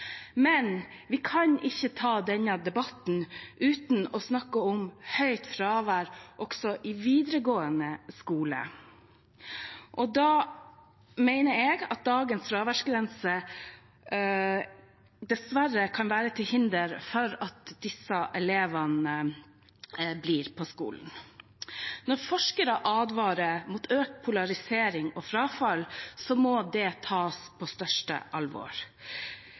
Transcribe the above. Men vi kan ikke ta denne debatten uten å snakke om høyt fravær også i videregående skole. Da mener jeg at dagens fraværsgrense dessverre kan være til hinder for at disse elevene blir på skolen. Når forskere advarer mot økt polarisering og frafall, må det tas på største alvor.